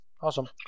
Awesome